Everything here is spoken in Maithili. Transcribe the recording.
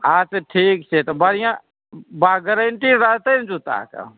अछे ठीक छै तऽ बढ़िऑं बा गरैन्टी रहतै ने जुत्ताके